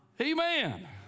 Amen